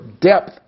depth